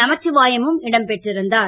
நமசிவாயமும் இடம் பெற்றிருந்தார்